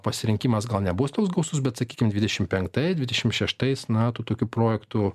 pasirinkimas gal nebus toks gausus bet sakykim dvidešim penktais dvidešim šeštais na tų tokių projektų